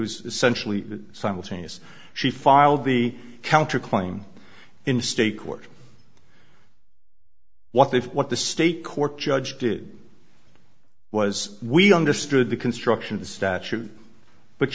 was essentially simultaneous she filed the counterclaim in state court what if what the state court judge did was we understood the construction of the statute but